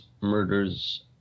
murders